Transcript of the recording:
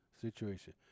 situation